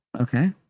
okay